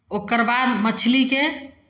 ओकर बाद मछलीके